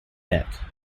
neck